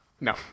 No